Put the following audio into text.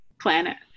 planet